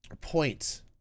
point